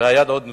והיד עוד נטויה,